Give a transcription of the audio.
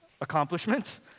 accomplishments